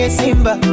simba